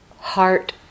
heart